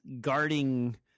guarding